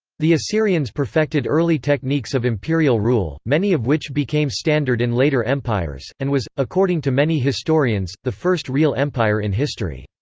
the assyrians perfected early techniques of imperial rule, many of which became standard in later empires, and was, according to many historians, the first real empire in history.